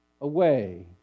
away